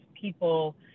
people